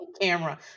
camera